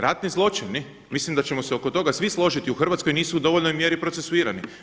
Ratni zločini mislim da ćemo se oko toga svi složiti, u Hrvatskoj nisu u dovoljnoj mjeri procesuirani.